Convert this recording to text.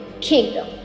kingdom